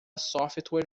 software